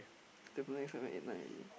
seven eight seven eight nine already